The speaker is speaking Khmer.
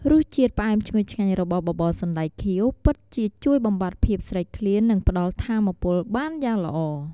រសជាតិផ្អែមឈ្ងុយឆ្ងាញ់របស់បបរសណ្ដែកខៀវពិតជាជួយបំបាត់ភាពស្រេកឃ្លាន និងផ្ដល់ថាមពលបានយ៉ាងល្អ។